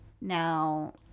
now